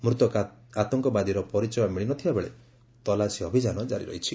ମୃତ ଆତଙ୍କବାଦୀର ପରିଚୟ ମିଳି ନ ଥିବାବେଳେ ତଲାସୀ ଅଭିଯାନ ଜାରି ରହିଛି